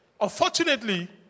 Unfortunately